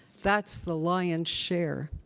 that's the lion's share.